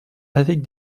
avec